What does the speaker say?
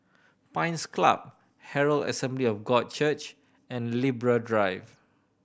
Pines Club Herald Assembly of God Church and Libra Drive